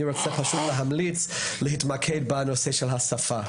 אני רוצה להמליץ להתמקד בנושא של השפה.